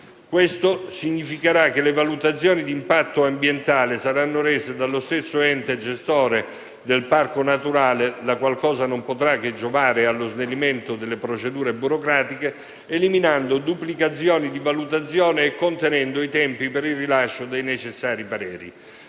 E ciò significherà che le valutazioni di impatto ambientale saranno rese dallo stesso ente gestore del parco naturale, che non potrà che giovare allo snellimento delle procedure burocratiche, eliminando duplicazioni di valutazione e contenendo i tempi per il rilascio dei necessari pareri.